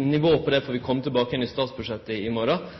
Nivået på det får vi kome tilbake til igjen i statsbudsjettet i morgon.